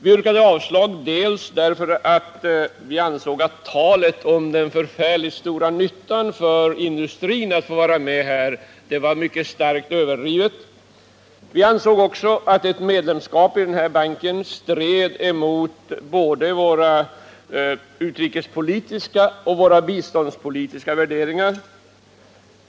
Vi yrkade avslag dels därför att vi ansåg att talet om den förfärligt stora nyttan för industrin av att vara med i banken var mycket starkt överdrivet, dels därför att vi ansåg att ett medlemskap i banken stred mot både våra utrikespolitiska och våra biståndspolitiska värderingar.